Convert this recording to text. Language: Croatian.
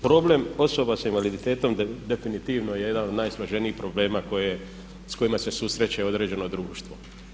Problem osoba sa invaliditetom definitivno je jedan od najsloženijih problema s kojima se susreće određeno društvo.